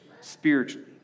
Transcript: spiritually